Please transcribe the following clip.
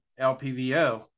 LPVO